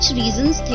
reasons